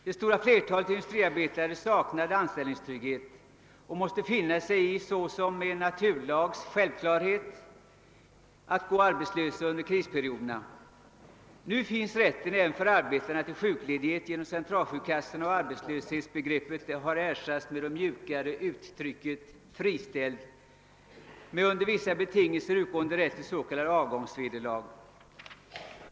Det stora flertalet industriarbetare saknade helt anställningstrygghet och måste finna sig i att med en naturlags självklarhet gå arbetslösa under krisperioderna. Nu har även arbetarna rätt till sjukledighetsersättning genom tillkomsten av Allmänna sjukförsäkringskassan, och arbetslöshetsbegreppet har ersatts av det mjukare uttrycket »friställd« med under vissa betingelser utgående rätt till s.k. avgångsvederlag.